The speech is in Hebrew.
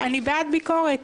אני בעד ביקורת.